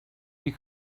you